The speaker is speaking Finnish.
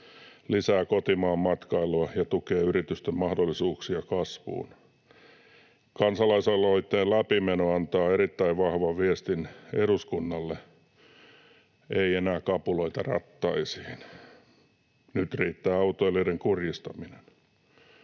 lisää kotimaan matkailua ja tukee yritysten mahdollisuuksia kasvuun. Kansalaisaloitteen läpimeno antaa erittäin vahvan viestin eduskunnalle: ei enää kapuloita rattaisiin, nyt riittää autoilijoiden kurjistaminen.